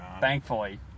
Thankfully